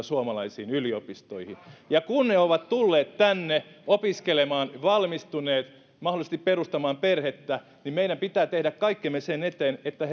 suomalaisiin yliopistoihin ja kun he ovat tulleet tänne opiskelemaan valmistuneet mahdollisesti perustavat perhettä niin meidän pitää tehdä kaikkemme sen eteen että